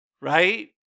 Right